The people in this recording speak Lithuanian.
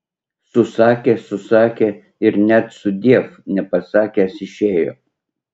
susakė susakė ir net sudiev nepasakęs išėjo